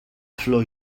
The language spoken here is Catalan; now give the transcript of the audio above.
flor